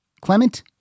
Clement